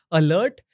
alert